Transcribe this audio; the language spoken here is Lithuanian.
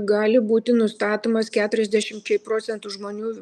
gali būti nustatomas keturiasdešimčiai procentų žmonių